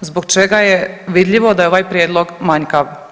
zbog čega je vidljivo da je ovaj prijedlog manjkav.